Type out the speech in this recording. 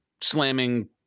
slamming